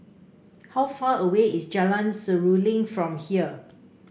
how far away is Jalan Seruling from here